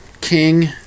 King